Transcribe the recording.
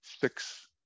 six